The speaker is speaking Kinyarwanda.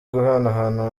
guhanahana